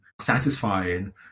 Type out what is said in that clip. satisfying